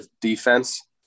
defense